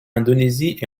indonésie